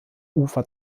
ufer